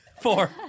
four